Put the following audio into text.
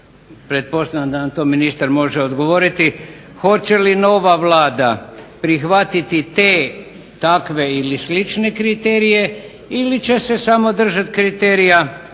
pretpostavljam da nam ministar to može odgovoriti, hoće li ova Vlada prihvatiti te, takve ili slične kriterije ili će se samo držati kriterija